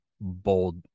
bold